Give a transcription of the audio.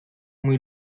muy